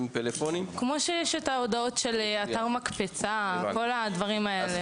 כמו שיש את ההודעות של אתר ׳מקפצה׳ וכל הדברים האלה.